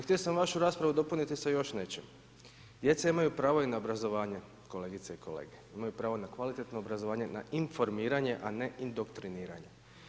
Htio sam vašu raspravu dopuniti sa još nečim, djeca imaju pravo i na obrazovanje, kolegice i kolege, imaju pravo na kvalitetno obrazovanje, na informiranje, a ne i doktreniranje.